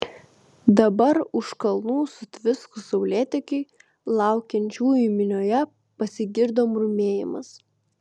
dabar už kalnų sutviskus saulėtekiui laukiančiųjų minioje pasigirdo murmėjimas